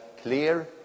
clear